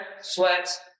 sweats